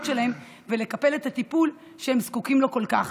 שלהם ולקבל את הטיפול שהם זקוקים לו כל כך.